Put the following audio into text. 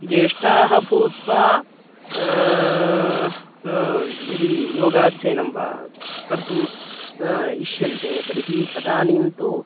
ज्येष्ठाः भूत्वा यदि योगाध्ययनं वा कर्तुम् इष्यन्ते तर्हि तदानीं तु